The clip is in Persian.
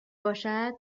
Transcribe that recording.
باشد